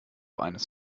eines